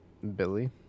Billy